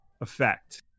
effect